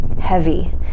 heavy